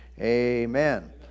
Amen